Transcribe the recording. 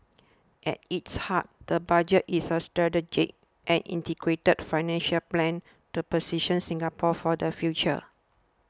at its heart the Budget is a strategic and integrated financial plan to position Singapore for the future